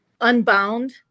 Unbound